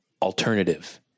alternative